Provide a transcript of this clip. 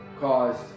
caused